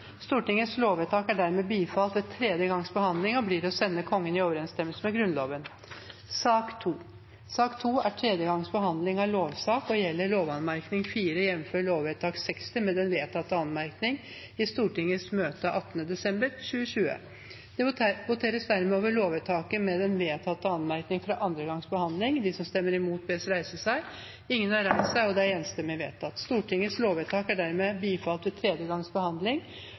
Stortingets lovvedtak er dermed bifalt ved tredje gangs behandling og blir å sende Kongen i overensstemmelse med Grunnloven. Sak nr. 2 er tredje gangs behandling av lov og gjelder lovvedtak 60 med den vedtatte anmerkning i Stortingets møte den 18. desember 2020. Det voteres dermed over lovvedtaket med den vedtatte anmerkning fra andre gangs behandling. Stortingets lovvedtak er dermed bifalt ved tredje gangs behandling